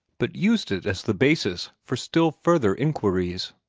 but used it as the basis for still further inquiries.